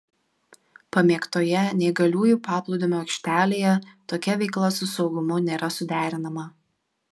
pamėgtoje neįgaliųjų paplūdimio aikštelėje tokia veikla su saugumu nėra suderinama